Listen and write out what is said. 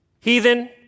Heathen